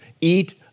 eat